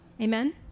Amen